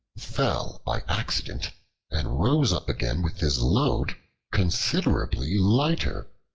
fell by accident and rose up again with his load considerably lighter,